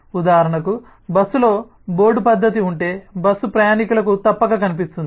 ఉదాహరణకు బస్సులో బోర్డు పద్ధతి ఉంటే బస్సు ప్రయాణీకులకు తప్పక కనిపిస్తుంది